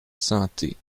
santé